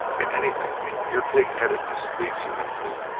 in anything your pig-headedness leads you into,